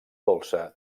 dolça